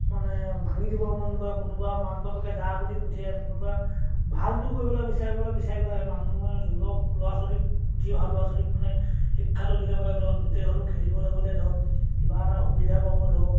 মানে ভাঙি দিব মন কৰে কোনোবা মাক বাপকে যা বুলি পঠিয়াই কোনোবা ভালটো কৰিবলৈ বিচাৰিবলৈ বিচাৰিব লাগে মানুহে যুৱক ল'ৰা ছোৱালীক উঠি অহা ল'ৰা ছোৱালীক মানে শিক্ষাটো দিলে মানে য'ত য'তেই হ'লেও খেলিবলৈ গ'লে ধৰ কিবা এটা সুবিধা পাব ধৰক